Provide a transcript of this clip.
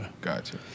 Gotcha